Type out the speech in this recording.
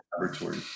laboratory